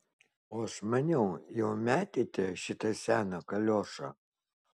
o aš maniau jau metėte šitą seną kaliošą